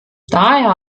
daher